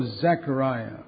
Zechariah